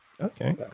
Okay